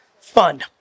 Fun